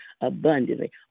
abundantly